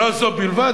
אבל לא זו בלבד,